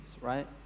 right